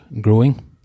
growing